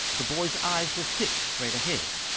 the boy's eyes were fixed straight ahead.